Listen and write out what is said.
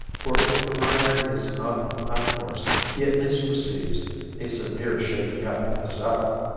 for if the rider is not unhorsed he at least receives a severe shaking up in the saddle.